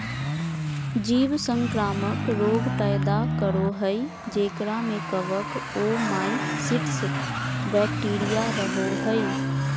जीव संक्रामक रोग पैदा करो हइ जेकरा में कवक, ओमाइसीट्स, बैक्टीरिया रहो हइ